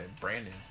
Brandon